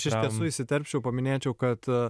aš iš tiesų įsiterpčiau paminėčiau kad